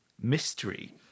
mystery